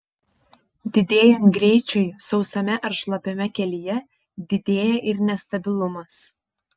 didėjant greičiui sausame ar šlapiame kelyje didėja ir nestabilumas